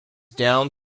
down